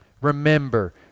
remember